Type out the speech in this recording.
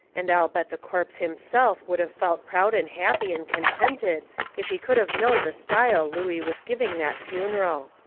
and i'll bet the corpse himself would of felt proud and happy and contented if he could of knowed the style looey was giving that funeral.